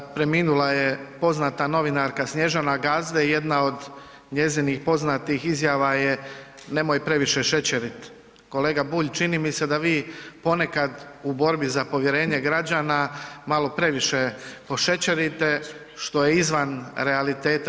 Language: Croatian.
Preminula je poznata novinarka Snježana Gazde i jedna od njezinih poznatih izjava je „nemoj previše šećerit“, kolega Bulj, čini mi se da vi ponekad u borbi za povjerenje građana, malo previše pošećerite što je izvan realiteta.